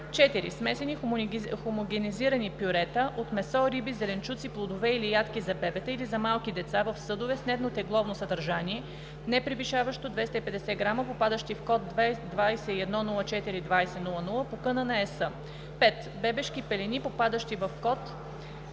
4. Смесени хомогенизирани пюрета от месо, риби, зеленчуци, плодове или ядки за бебета или за малки деца в съдове с нетно тегловно съдържание, непревишаващо 250 г, попадащи в Код 2104 20 00 по КН на ЕС. 5. Бебешки пелени, попадащи в Код на